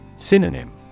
Synonym